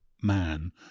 man